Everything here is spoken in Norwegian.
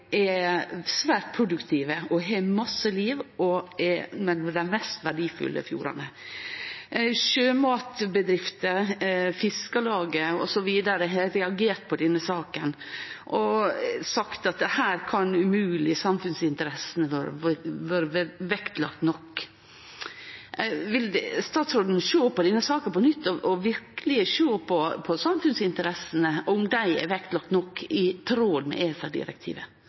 er svært produktive, har ein masse liv og er av dei mest verdifulle fjordane. Sjømatbedrifter, Fiskarlaget osv. har reagert på denne saka og sagt at her kan umogleg samfunnsinteressene vore nok vektlagde. Vil statsråden sjå på denne saka på nytt og verkeleg sjå om samfunnsinteressene er vektlagde nok, i tråd med